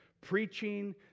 Preaching